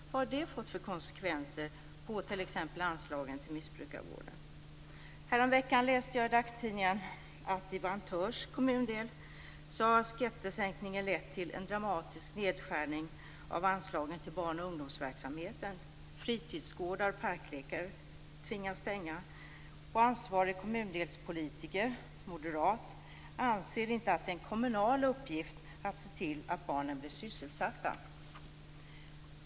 Vad har det fått för konsekvenser på t.ex. anslagen till missbrukarvården? Häromveckan läste jag i dagstidningen att i Vantörs kommundel har skattesänkningen lett till en dramatisk nedskärning av anslagen till barn och ungdomsverksamheten. Fritidsgårdar och parklekar tvingas stänga. Ansvarig kommundelspolitiker, moderat, anser inte att det är en kommunal uppgift att se till att barnen blir sysselsatta.